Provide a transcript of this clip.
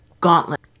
gauntlet